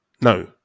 no